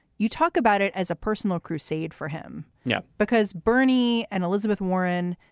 you talk about it as a personal crusade for him. yeah, because bernie and elizabeth warren,